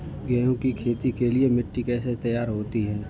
गेहूँ की खेती के लिए मिट्टी कैसे तैयार होती है?